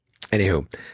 anywho